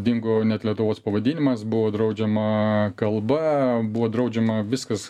dingo net lietuvos pavadinimas buvo draudžiama kalba buvo draudžiama viskas